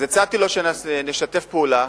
אז הצעתי לו שנשתף פעולה,